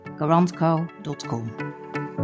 garantco.com